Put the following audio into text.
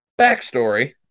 Backstory